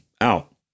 out